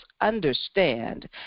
understand